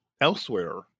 elsewhere